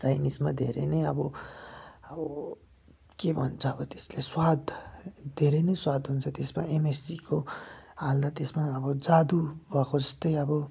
चाइनिजमा धेरै नै अब अब के भन्छ अब त्यसले स्वाद धेरै नै स्वाद हुन्छ त्यसमा एमएसजीको हाल्दा त्यसमा अब जादु भएको जस्तै अब